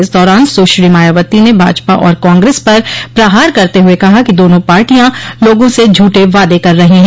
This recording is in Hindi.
इस दौरान सुश्री मायावती ने भाजपा और कांग्रेस पर प्रहार करते हुये कहा कि दोनों पार्टियॉ लोगों से झूठे वादे कर रही हैं